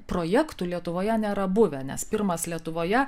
projektų lietuvoje nėra buvę nes pirmas lietuvoje